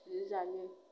जि जायो